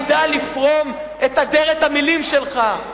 ידע לפרום את אדרת המלים שלך.